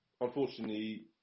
unfortunately